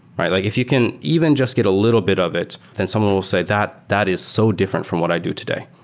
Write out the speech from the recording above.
like if you can even just get a little bit of it and someone will say, that that is so different from what i do today.